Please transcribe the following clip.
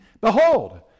behold